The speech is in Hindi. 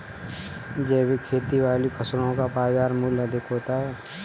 जैविक खेती वाली फसलों का बाजार मूल्य अधिक होता है